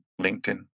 LinkedIn